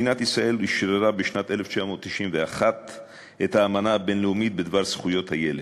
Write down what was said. מדינת ישראל אשררה בשנת 1991 את האמנה הבין-לאומית בדבר זכויות הילד,